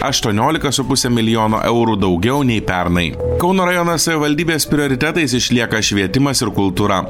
aštuoniolika su puse milijono eurų daugiau nei pernai kauno rajono ir savivaldybės prioritetais išlieka švietimas ir kultūra